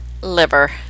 liver